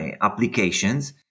applications